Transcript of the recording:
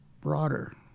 broader